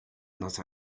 not